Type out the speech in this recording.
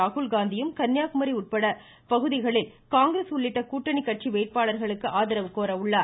ராகுல்காந்தியும் கன்னியாகுமரி உள்ளிட்ட பகுதிகளில் காங்கிரஸ் உள்ளிட்ட கூட்டணி கட்சிகளுக்கு ஆதரவு கோர உள்ளார்